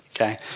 Okay